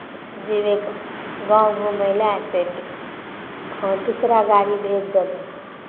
से जेबै ग् गाँव घूमय लेल से हँ दूसरा गाड़ी भेज देबै